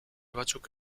batzuk